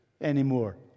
anymore